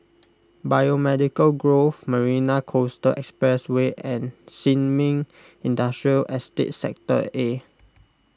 Biomedical Grove Marina Coastal Expressway and Sin Ming Industrial Estate Sector A